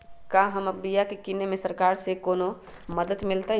क्या हम बिया की किने में सरकार से कोनो मदद मिलतई?